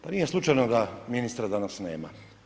Pa nije slučajno da ministra danas nema.